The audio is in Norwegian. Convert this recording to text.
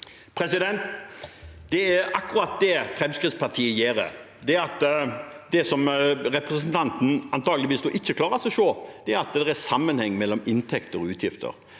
Det er akkurat det Fremskrittspartiet gjør. Det representanten antakeligvis ikke klarer å se, er at det er sammenheng mellom inntekter og utgifter.